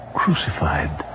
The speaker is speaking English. crucified